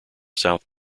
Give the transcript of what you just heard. south